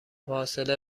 فاصله